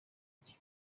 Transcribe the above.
icyo